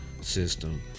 system